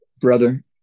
brother